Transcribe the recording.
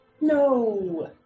No